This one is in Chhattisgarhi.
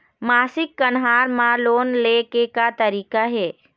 मासिक कन्हार म लोन ले के का तरीका हे?